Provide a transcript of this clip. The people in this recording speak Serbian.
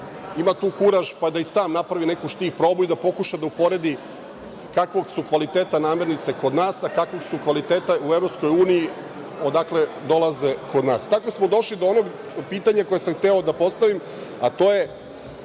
ima tu kuraž, pa da sam napravi neku štih probu i da pokuša da uporedi kakvog su kvaliteta namirnice kod nas, a kakvog su kvaliteta u EU odakle dolaze kod nas. Tako smo došli do onog pitanja koje sam hteo da postavim, a konkretno